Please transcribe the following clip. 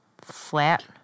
Flat